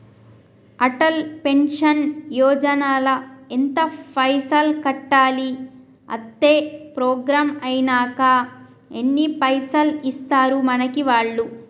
Atal pension Yojana ల ఎంత పైసల్ కట్టాలి? అత్తే ప్రోగ్రాం ఐనాక ఎన్ని పైసల్ ఇస్తరు మనకి వాళ్లు?